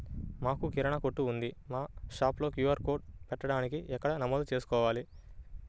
మాకు కిరాణా కొట్టు ఉంది మా షాప్లో క్యూ.ఆర్ కోడ్ పెట్టడానికి ఎక్కడ నమోదు చేసుకోవాలీ?